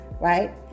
Right